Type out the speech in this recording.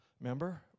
Remember